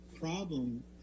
problem